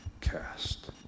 Cast